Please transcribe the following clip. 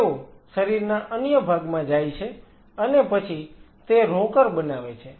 તેઓ શરીરના અન્ય ભાગમાં જાય છે અને પછી તે રોકર બનાવે છે